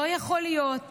לא יכול להיות